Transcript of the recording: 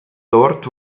dort